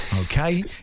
Okay